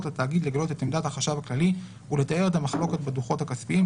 לגלות את עמדת החשב הכללי ולתאר את המחלוקת בדוחות הכספיים,